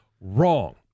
wrong